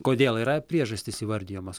kodėl yra priežastys įvardijamos